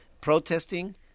protesting